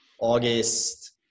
August